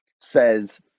says